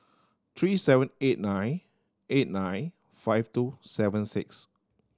three seven eight nine eight nine five two seven six